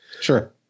sure